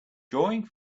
drawing